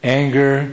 anger